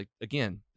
again